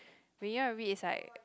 when you want read is like